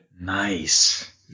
Nice